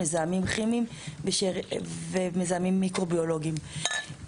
מזהמים כימיים ומזהמים מיקרוביולגיים.